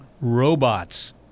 robots